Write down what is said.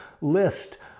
list